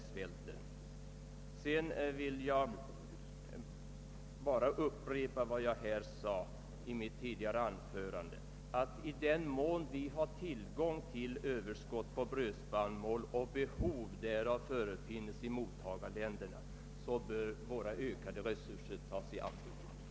Sedan vill jag bara upprepa vad jag sade i mitt tidigare anförande att vad saken nu gäller är att i den mån vi har tillgång till överskott på brödspannmål och behov därav förefinns i mottagarländerna bör dessa resurser kunna tas i anspråk.